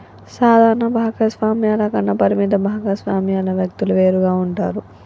సాధారణ భాగస్వామ్యాల కన్నా పరిమిత భాగస్వామ్యాల వ్యక్తులు వేరుగా ఉంటారు